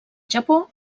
japó